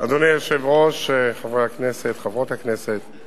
אדוני היושב-ראש, חברי הכנסת, חברות הכנסת,